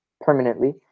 permanently